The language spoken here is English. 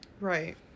Right